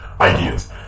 ideas